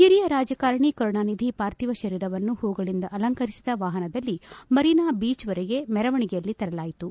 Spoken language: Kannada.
ಹಿರಿಯ ರಾಜಕಾರಣಿ ಕರುಣಾನಿಧಿ ಪಾರ್ಥಿವ ಶರೀರವನ್ನು ಹೂಗಳಿಂದ ಅಲಂಕರಿಸಿದ ವಾಹನದಲ್ಲಿ ಮರೀನಾ ಬೀಚ್ವರೆಗೆ ಮೆರವಣಿಗೆಯಲ್ಲಿ ತರಲಾಯಿತು